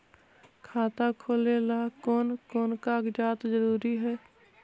खाता खोलें ला कोन कोन कागजात जरूरी है?